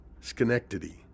Schenectady